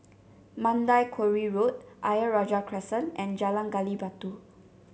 Mandai Quarry Road Ayer Rajah Crescent and Jalan Gali Batu